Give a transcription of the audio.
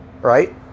right